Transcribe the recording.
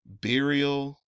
burial